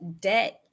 debt